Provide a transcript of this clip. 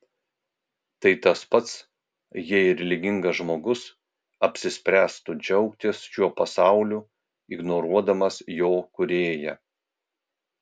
tai tas pats jei religingas žmogus apsispręstų džiaugtis šiuo pasauliu ignoruodamas jo kūrėją